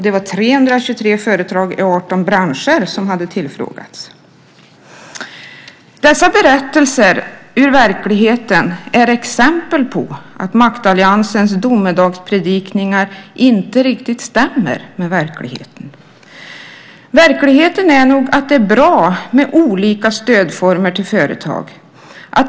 Det var 323 företag i 18 branscher som hade tillfrågats. Dessa berättelser ur verkligheten är exempel på att maktalliansens domedagspredikningar inte riktigt stämmer med verkligheten. Verkligheten är nog att det är bra med olika stödformer för företag.